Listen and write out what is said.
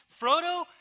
Frodo